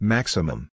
Maximum